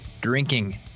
drinking